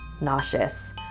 nauseous